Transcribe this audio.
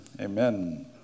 Amen